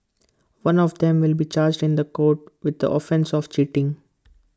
one of them will be charged in court with the offence of cheating